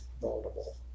vulnerable